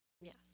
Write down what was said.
Yes